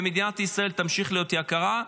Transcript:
מדינת ישראל תמשיך להיות יקרה,